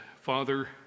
Father